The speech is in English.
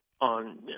on